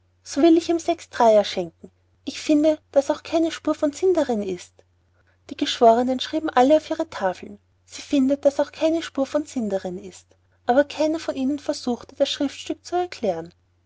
so will ich ihm sechs dreier schenken ich finde daß auch keine spur von sinn darin ist die geschwornen schrieben alle auf ihre tafeln sie findet daß auch keine spur von sinn darin ist aber keiner von ihnen versuchte das schriftstück zu erklären